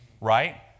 right